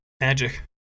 Magic